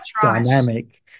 dynamic